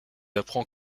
apprend